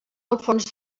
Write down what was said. alfons